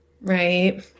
right